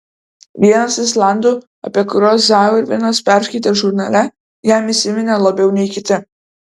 vienas islandų apie kuriuos zauerveinas perskaitė žurnale jam įsiminė labiau nei kiti